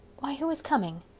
why, who is coming?